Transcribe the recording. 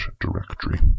directory